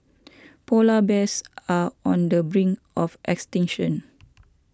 Polar Bears are on the brink of extinction